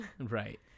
Right